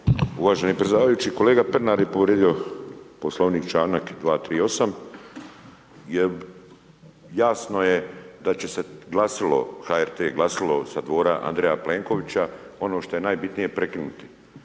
Uvaženi predsjedavajući, kolega Pernar je povrijedio poslovnik čl. 238. jer jasno je da će se glasilo, HRT glasilo sa dvora Andreja Plenkovića ono što je najbitnije prekinuti.